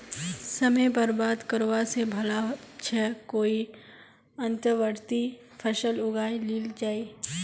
समय बर्बाद करवा स भला छ कोई अंतर्वर्ती फसल उगइ लिल जइ